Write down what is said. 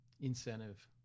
incentive